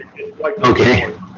Okay